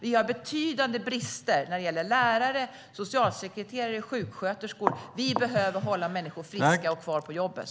Det finns betydande brister på lärare, socialsekreterare och sjuksköterskor. Vi behöver hålla människor friska och kvar på jobbet.